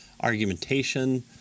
argumentation